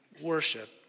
worship